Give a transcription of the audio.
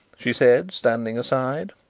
she said, standing aside.